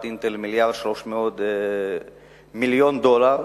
"אינטל" מיליארד ו-300 מיליון דולר,